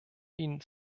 ihnen